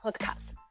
podcast